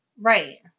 right